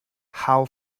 how